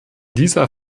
dieser